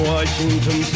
Washington